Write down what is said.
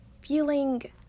feeling